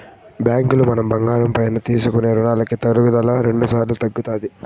బ్యాంకులో మనం బంగారం పైన తీసుకునే రునాలకి తరుగుదల రెండుసార్లు తగ్గుతాది